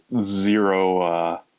zero